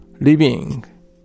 living